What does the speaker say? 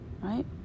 right